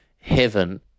heaven